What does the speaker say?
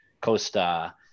Costa